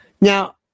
Now